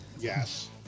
Yes